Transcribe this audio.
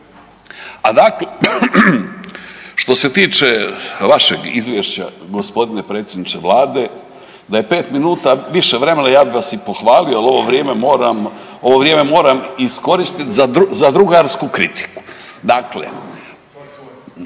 A dakle, što se tiče vašeg Izvješća, g. predsjedniče Vlade, da je 5 minuta više vremena, ja bi vas i pohvalio, ali ovo vrijeme moram iskoristiti za drugarsku kritiku.